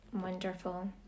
Wonderful